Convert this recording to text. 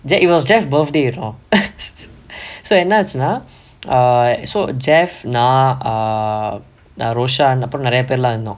that it was jeff birthday lah so என்னாச்சுனா:ennaachchunaa err so jeff நா:naa err roshan அப்புறம் நிறைய பேர்லா இருந்தோ:appuram neraiya perlaa iruntho